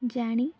ଜାଣି